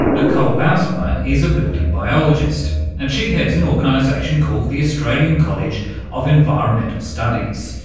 nicole bijlsma is a building biologist and she heads an organisation called the australian college of environmental studies.